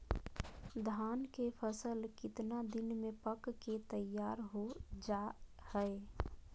धान के फसल कितना दिन में पक के तैयार हो जा हाय?